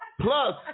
Plus